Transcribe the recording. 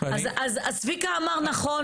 אז צביקה אמר נכון,